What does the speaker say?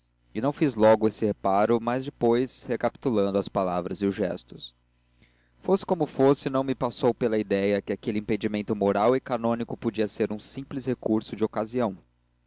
e não fiz logo esse reparo mas depois recapitulando as palavras e os gestos fosse como fosse não me passou pela idéia que aquele impedimento moral e canônico podia ser um simples recurso de ocasião